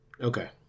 Okay